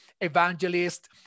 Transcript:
evangelist